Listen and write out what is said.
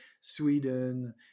Sweden